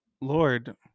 Lord